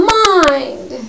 mind